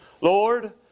Lord